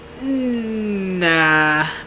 nah